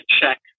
check